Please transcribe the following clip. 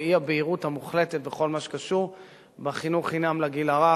זה האי-בהירות המוחלטת בכל מה שקשור בחינוך חינם לגיל הרך,